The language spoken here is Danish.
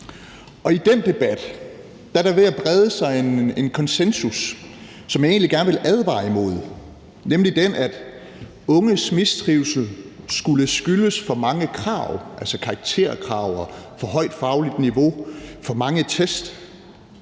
i den debat er der ved at brede sig en konsensus, som jeg egentlig gerne vil advare imod, nemlig at unges mistrivsel skulle skyldes for mange krav, altså karakterkrav og for højt fagligt niveau, for mange test.